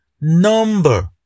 Number